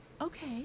okay